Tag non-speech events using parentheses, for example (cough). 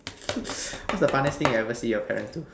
(noise) what's the funniest thing you've ever seen your parents do